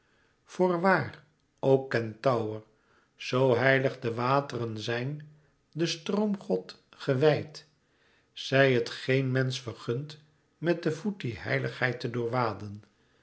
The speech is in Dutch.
klemde voorwaar o kentaur zoo heilig de wateren zijn den stroomgod gewijd zij het geen mensch vergund met den voet die heiligheid te